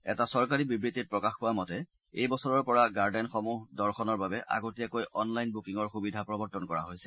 এটা চৰকাৰী বিবৃতিত প্ৰকাশ পোৱা মতে এই বছৰৰ পৰা এই গাৰ্ডেনসমূহ দৰ্শনৰ বাবে আগতীয়াকৈ অনলাইন বুকিঙৰ সুবিধা প্ৰৱৰ্তন কৰা হৈছে